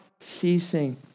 ceasing